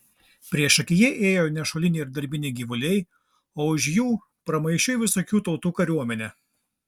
priešakyje ėjo nešuliniai ir darbiniai gyvuliai už jų pramaišiui visokių tautų kariuomenė